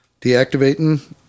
deactivating